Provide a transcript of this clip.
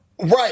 Right